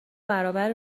برابر